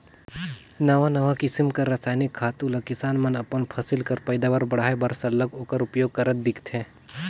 नावा नावा किसिम कर रसइनिक खातू ल किसान मन अपन फसिल कर पएदावार बढ़ाए बर सरलग ओकर उपियोग करत दिखथें